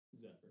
Zephyr